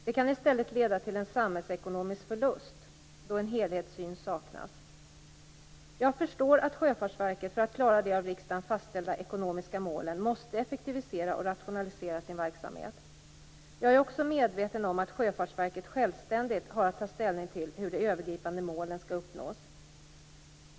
Det kan leda till en samhällsekonomisk förlust när en helhetssyn saknas. Jag förstår att Sjöfartsverket för att klara de av riksdagen fastställda ekonomiska målen måste effektivisera och rationalisera sin verksamhet. Jag är också medveten om att Sjöfartsverket självständigt har att ta ställning till hur de övergripande målen skall uppnås.